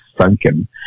sunken